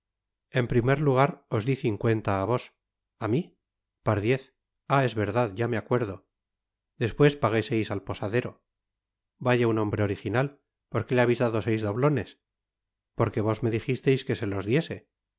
en primer lugar os di cincuenta á vos a mi pardiez ah t es verdad ya me acuerdo despues pagué seis al posadero vaya un hombre original porque te habeis dado seis doblones porque vos me dijisteis que se los diese